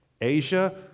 Asia